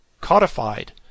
codified